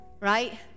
right